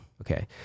Okay